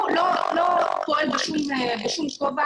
והוא לא פועל בשום כובע,